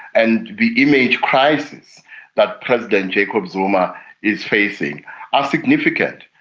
and the image crisis that president jacob zuma is facing are significant,